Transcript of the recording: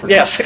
Yes